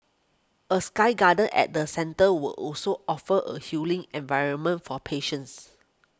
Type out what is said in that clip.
a sky garden at the centre were also offer a healing environment for patience